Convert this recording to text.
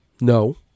No